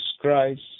Christ